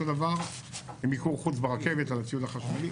אותו דבר במיקור חוץ ברכבת על הציוד החשמלי,